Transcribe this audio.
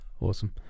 Awesome